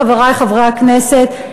חברי חברי הכנסת,